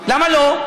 למה לא?